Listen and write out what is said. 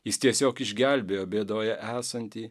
jis tiesiog išgelbėjo bėdoje esantį